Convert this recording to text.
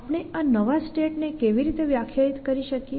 આપણે આ નવા સ્ટેટને કેવી રીતે વ્યાખ્યાયિત કરી શકીએ